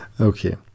Okay